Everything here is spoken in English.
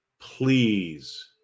please